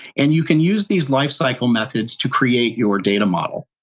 and you can use these life cycle methods to create your data model.